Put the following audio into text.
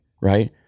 Right